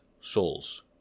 souls